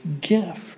gift